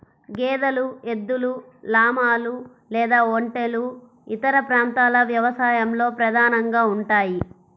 గేదెలు, ఎద్దులు, లామాలు లేదా ఒంటెలు ఇతర ప్రాంతాల వ్యవసాయంలో ప్రధానంగా ఉంటాయి